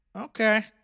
Okay